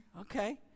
okay